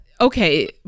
okay